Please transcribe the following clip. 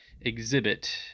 exhibit